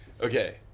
Okay